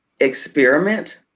experiment